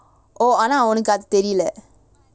oh ஆனா அவனுக்கு அது தெரில:aanaa avanuku athu therila